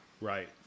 Right